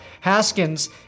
Haskins